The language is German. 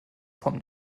vom